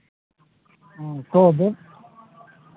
हँ कऽ देब